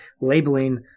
labeling